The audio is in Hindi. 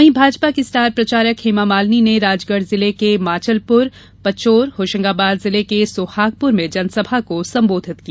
वहीं भाजपा की स्टार प्रचारक हेमामालिनी ने राजगढ़ जिले के माचलपुर पचोर होशंगाबाद जिले के सोहागपुर में जनसभा को संबोधित किया